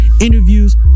interviews